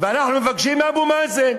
ואנחנו מבקשים מאבו מאזן.